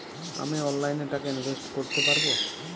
আমি অনলাইনে টাকা ইনভেস্ট করতে পারবো?